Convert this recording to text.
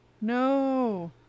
No